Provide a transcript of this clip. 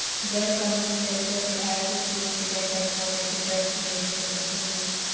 गैर कानूनी तरीका से आय के स्रोत के जानकारी न देके टैक्स देवे से बचल जाला